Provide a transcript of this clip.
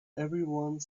everyone